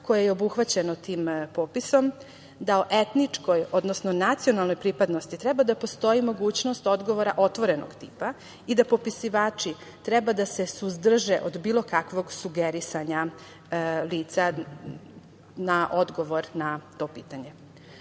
koje je obuhvaćeno tim popisom da o etničkoj, odnosno nacionalnoj pripadnosti treba da postoji mogućnost odgovora otvorenog tipa i da popisivači treba da se suzdrže od bilo kakvog sugerisanja lica na odgovor na to pitanje.U